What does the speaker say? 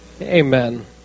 amen